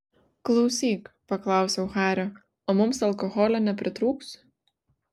klausyk paklausiau hario o mums alkoholio nepritrūks